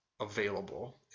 available